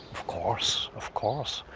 course. of course.